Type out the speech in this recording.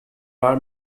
are